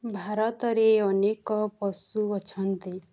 ଭାରତରେ ଅନେକ ପଶୁ ଅଛନ୍ତି